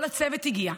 כל הצוות הגיע.